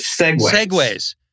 segways